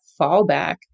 fallback